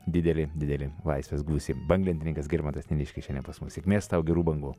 didelį didelį laisvės gūsį banglentininkas girmantas nėniškis šiandien pas mus sėkmės tau gerų bangų